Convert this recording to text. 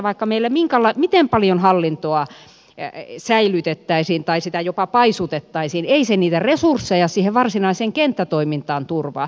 vaikka meillä miten paljon hallintoa säilytettäisiin tai sitä jopa paisutettaisiin ei se niitä resursseja siihen varsinaiseen kenttätoimintaan turvaa